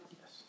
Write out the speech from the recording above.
Yes